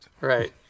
Right